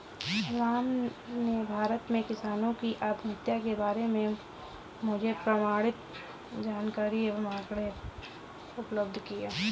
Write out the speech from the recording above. राम ने भारत में किसानों की आत्महत्या के बारे में मुझे प्रमाणित जानकारी एवं आंकड़े उपलब्ध किये